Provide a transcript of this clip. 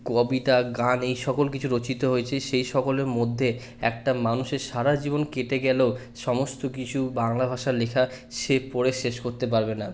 কবিতা গান এ সকল কিছু রচিত হয়েছে সেই সকলের মধ্যে একটা মানুষের সারা জীবন কেটে গেলেও সমস্ত কিছু বাংলা ভাষা লেখা সে পড়ে শেষ করতে পারবে না